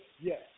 yes